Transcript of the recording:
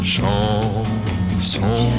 Chanson